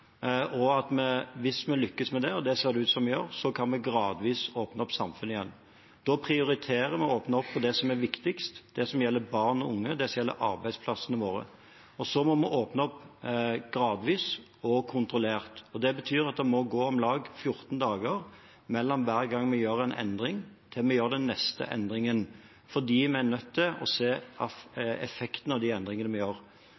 og at vi – hvis vi lykkes med det, og det ser det ut som vi gjør – gradvis kan åpne opp samfunnet igjen. Da prioriterer vi å åpne opp det som er viktigst: det som gjelder barn og unge, og det som gjelder arbeidsplassene våre. Så må vi åpne opp gradvis og kontrollert, og det betyr at det må gå om lag 14 dager fra hver gang vi gjør en endring, til vi gjør den neste endringen – fordi vi er nødt til å se effekten av de endringene vi gjør.